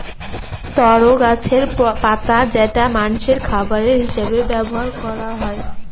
তরো গাছের পাতা যেটা মানষের খাবার হিসেবে ব্যবহার করা হয়